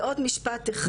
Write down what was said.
ועוד משפט אחד,